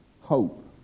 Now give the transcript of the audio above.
hope